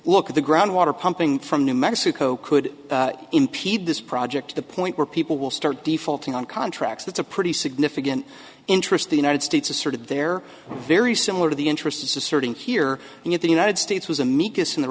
look at the groundwater pumping from new mexico could impede this project to the point where people will start defaulting on contracts that's a pretty significant interest the united states asserted there very similar to the interests asserting here in the united states was amicus in the